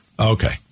Okay